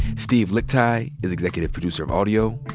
steve lickteig is executive producer of audio.